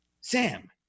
Sam